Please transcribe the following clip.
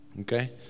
okay